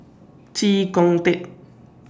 Chee Kong Tet